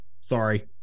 sorry